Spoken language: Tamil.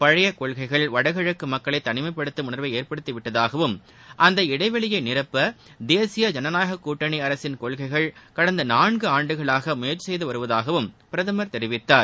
பழைய கொள்கைகள் வடகிழக்கு மக்களை தனிமைப்படுத்தும் உணர்வை ஏற்படுத்தி விட்டதாகவும் அந்த இடைவெளியை நிரப்ப தேசிய ஜனநாயகக் கூட்டணி அரசின் கொள்கைகள் கடந்த நான்கு ஆண்டுகளாக முயற்சி செய்து வருவதாகவும் பிரதமர் தெரிவித்தார்